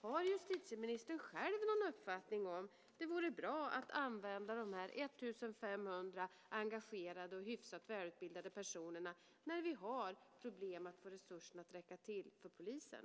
Har justitieministern själv någon uppfattning om om det vore bra att använda dessa 1 500 engagerade och hyfsat välutbildade personerna när vi har problem att få resurserna att räcka till för polisen?